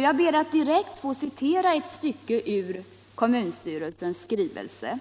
Jag ber att direkt få citera ett stycke ur kommunstyrelsens skrivelse: